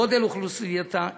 גודל אוכלוסייתה,